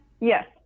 Yes